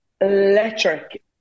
electric